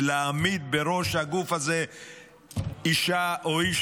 ולהעמיד בראש הגוף הזה אישה או איש